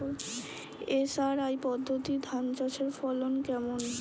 SRI পদ্ধতি ধান চাষের ফলন কেমন?